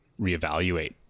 reevaluate